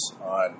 on